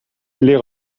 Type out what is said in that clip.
les